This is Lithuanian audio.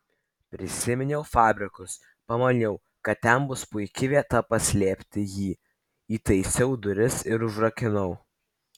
prisiminiau fabrikus pamaniau kad ten bus puiki vieta paslėpti jį įtaisiau duris ir užrakinau